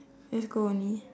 just go only